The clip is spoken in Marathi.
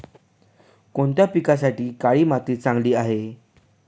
कोणत्या पिकासाठी काळी माती चांगली आहे?